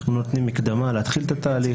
אנחנו נותנים מקדמה להתחיל את התהליך.